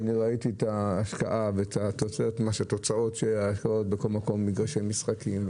ואני ראיתי את תוצאות ההשקעה בכל מקום מגרשי משחקים,